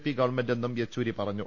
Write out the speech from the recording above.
P ഗവൺമെന്റെന്നും യെച്ചൂരി പറഞ്ഞു